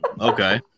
Okay